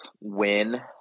win